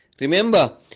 Remember